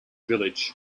village